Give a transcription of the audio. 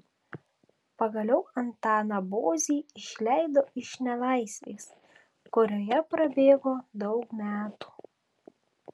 pagaliau antaną bozį išleido iš nelaisvės kurioje prabėgo daug metų